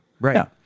Right